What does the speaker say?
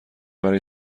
برای